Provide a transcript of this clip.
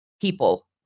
people